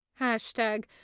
Hashtag